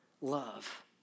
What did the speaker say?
love